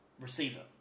receiver